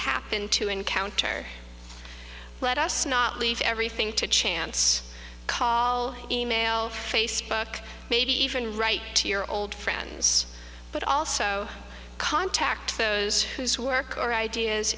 happen to encounter let us not leave everything to chance call email facebook maybe even write to your old friends but also contact those whose work or ideas